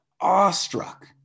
awestruck